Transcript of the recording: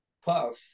Puff